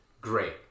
great